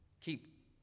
keep